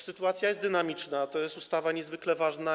Sytuacja jest dynamiczna, a to jest ustawa niezwykle ważna.